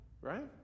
Right